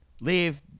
leave